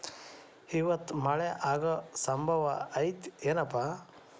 ಇವತ್ತ ಮಳೆ ಆಗು ಸಂಭವ ಐತಿ ಏನಪಾ?